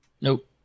Nope